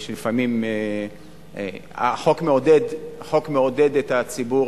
לפעמים החוק מעודד את הציבור,